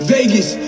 Vegas